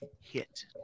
hit